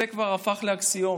זה כבר הפך לאקסיומה,